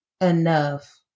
enough